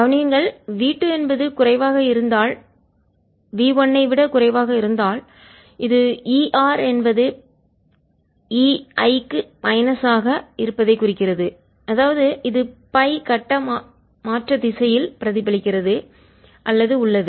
கவனியுங்கள் V 2 என்பது குறைவாக இருந்தால் v 1ஐ விட குறைவாக இருந்தால் இது ER என்பது EI க்கு மைனஸ் ஆக எதிர் அடையாளம் இருப்பதைக் குறிக்கிறது அதாவது இது பை கட்ட மாற்ற திசையில் பிரதிபலிக்கிறது அல்லது உள்ளது